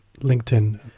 linkedin